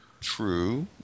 True